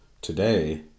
today